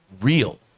real